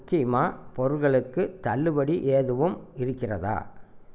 குக்கீமா பொருள்களுக்கு தள்ளுபடி எதுவும் இருக்கிறதா